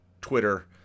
twitter